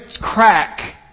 crack